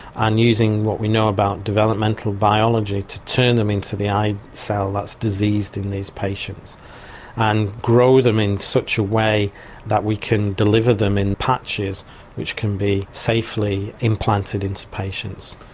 and using what we know about developmental biology to turn them into the eye cell that's diseased in these patients and grow them in such a way that we can deliver them in patches which can be safely implanted into patients.